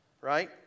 Right